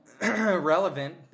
relevant